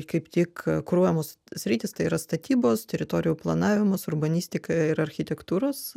kaip tik kuruojamos sritys tai yra statybos teritorijų planavimas urbanistika ir architektūros